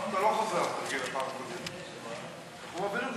את הנושא לוועדת העבודה, הרווחה והבריאות